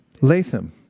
Latham